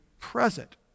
present